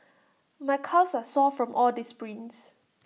my calves are sore from all the sprints